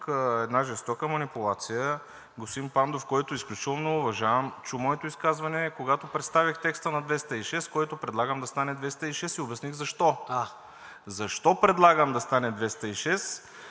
една жестока манипулация. Господин Пандов, когото изключително уважавам, чу моето изказване, когато представих текста на чл. 206, който предлагам да стане чл. 206а и обясних защо. Защо предлагам да стане 206а?